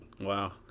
Wow